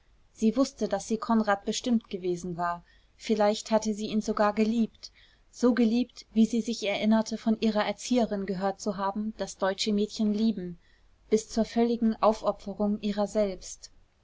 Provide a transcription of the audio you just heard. sie wußte daß sie konrad bestimmt gewesen war vielleicht hatte sie ihn sogar geliebt so geliebt wie sie sich erinnerte von ihrer erzieherin gehört zu haben daß deutsche mädchen lieben bis zur völligen aufopferung ihrer selbst